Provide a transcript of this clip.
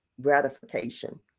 gratification